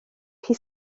chi